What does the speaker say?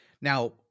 Now